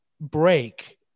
break